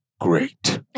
Great